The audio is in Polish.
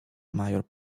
major